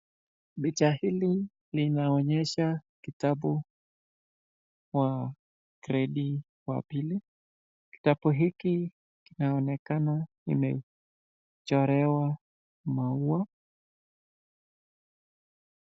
Picha hili linaonyesha kitabu wa gredi wa pili. Kitabu hiki inaonekana imechorewa maua.